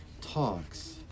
talks